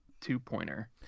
two-pointer